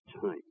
time